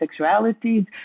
sexualities